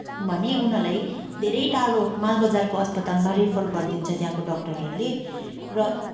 भने उनीहरूलाई धेरै टाढो मालबजारको अस्पतालमा रेफर गरिदिन्छ त्यहाँको डक्टरहरूले र